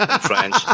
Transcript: French